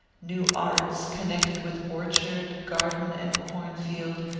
new arts connected with orchard, garden, and cornfield,